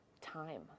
time